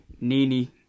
Nini